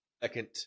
second